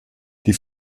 die